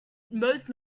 most